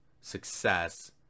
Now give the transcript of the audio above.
success